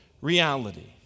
reality